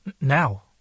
Now